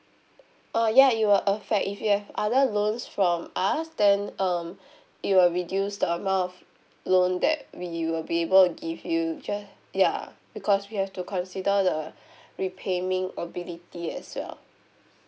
uh ya it will affect if you have other loans from us then um it will reduce the amount of loan that we will be able to give you ju~ ya because we have to consider the repayment ability as well